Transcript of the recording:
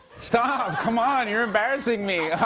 stop. come on. you're embarrassing me.